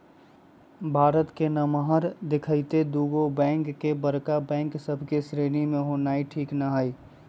भारत के नमहर देखइते दुगो बैंक के बड़का बैंक सभ के श्रेणी में होनाइ ठीक न हइ